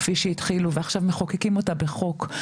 כפי שהתחילו ועכשיו מחוקקים אותה בחוק,